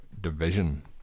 division